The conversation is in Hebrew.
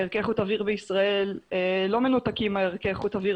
ערכי איכות אוויר בישראל לא מנותקים מערכי איכות אוויר